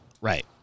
Right